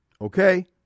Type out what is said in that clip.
okay